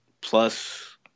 plus